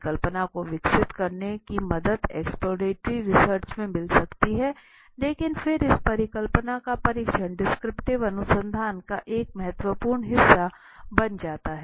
परिकल्पना को विकसित करने की मदद एक्सप्लोरेटरी रिसर्च में मिल सकती है लेकिन फिर इस परिकल्पना का परीक्षण डिस्क्रिप्टिव अनुसंधान का एक महत्वपूर्ण हिस्सा बन जाता है